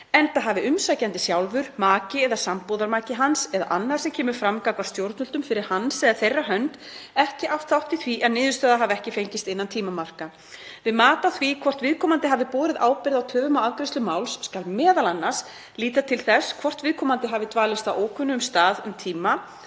enda hafi umsækjandi sjálfur, maki eða sambúðarmaki hans eða annar sem kemur fram gagnvart stjórnvöldum fyrir hans eða þeirra hönd ekki átt þátt í því að niðurstaða hafi ekki fengist innan tímamarka. Við mat á því hvort viðkomandi hafi borið ábyrgð á töfum á afgreiðslu máls skal m.a. líta til þess hvort viðkomandi hafi dvalist á ókunnum stað um tíma,